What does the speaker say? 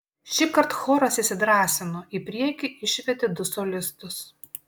šįkart choras įsidrąsino į priekį išvedė du solistus